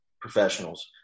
professionals